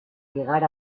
llegar